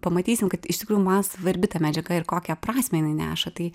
pamatysim kad iš tikrųjų man svarbi ta medžiaga ir kokią prasmę jinai neša tai